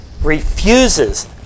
refuses